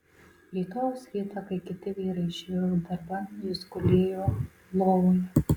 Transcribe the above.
rytojaus rytą kai kiti vyrai išėjo darban jis gulėjo lovoje